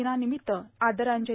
दिनानिमित्त आदरांजली